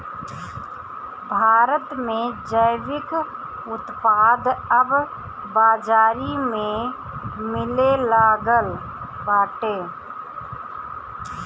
भारत में जैविक उत्पाद अब बाजारी में मिलेलागल बाटे